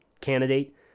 candidate